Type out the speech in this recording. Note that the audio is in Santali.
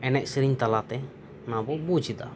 ᱮᱱᱮᱡ ᱥᱮᱨᱮᱧ ᱛᱟᱞᱟᱛᱮ ᱚᱱᱟᱵᱚ ᱵᱩᱡᱽ ᱮᱫᱟ